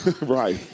right